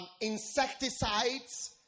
insecticides